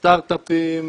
סטרטאפים,